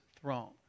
throne